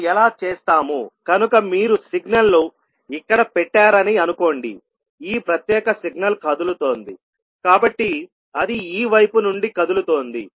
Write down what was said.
మనం ఎలా చేస్తాముకనుక మీరు సిగ్నల్ ను ఇక్కడ పెట్టారని అనుకోండిఈ ప్రత్యేక సిగ్నల్ కదులుతోందికాబట్టి అది ఈ వైపు నుండి కదులుతోంది